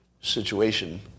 situation